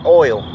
oil